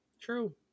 True